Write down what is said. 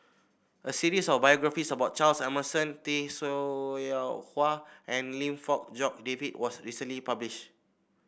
a series of biographies about Charles Emmerson Tay Seow Huah and Lim Fong Jock David was recently publish